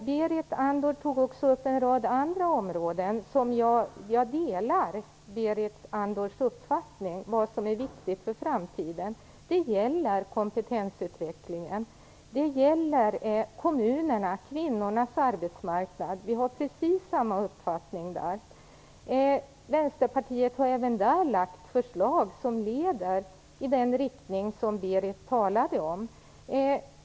Berit Andnor tog också upp andra områden där jag delar hennes uppfattning om vad som är viktigt för framtiden. Det gäller kompetensutvecklingen och kvinnornas arbetsmarknad i kommunerna. Vi har precis samma uppfattning i de frågorna. Även på dessa punkter har Vänsterpartiet lagt fram förslag som leder i den riktning som Berit Andnor talade om.